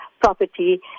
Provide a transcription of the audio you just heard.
property